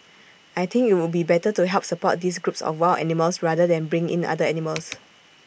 I think IT would be better to help support these groups of wild animals rather than bring in other animals